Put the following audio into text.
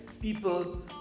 people